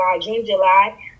July